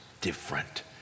different